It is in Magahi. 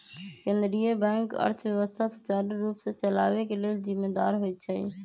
केंद्रीय बैंक अर्थव्यवस्था सुचारू रूप से चलाबे के लेल जिम्मेदार होइ छइ